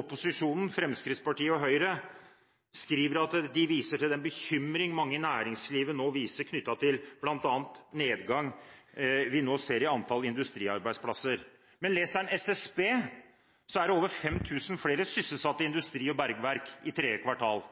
opposisjonen, Fremskrittspartiet og Høyre, viser til den bekymring mange i næringslivet nå viser knyttet til bl.a. den nedgangen vi nå ser i antall industriarbeidsplasser. Men leser en SSB, er det over 5 000 flere sysselsatte i industri og bergverk i tredje kvartal.